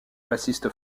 bassiste